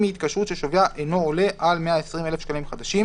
אם היא התקשרות ששוויה אינו עולה על 120,000 שקלים חדשים,